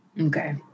Okay